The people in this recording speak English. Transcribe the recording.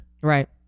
Right